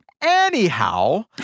Anyhow